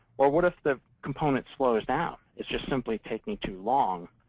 well, what if the component slows down, it's just simply taking too long?